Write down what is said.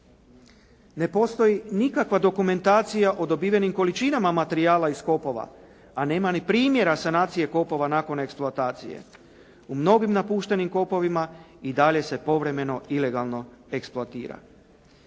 Ne postoji nikakva dokumentacija o dobivenim količinama materijala iz kopova a nema ni primjera sanacije kopova nakon eksploatacije. U mnogim napuštenim kopovima i dalje se povremeno ilegalno eksploatira.